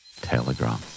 Telegram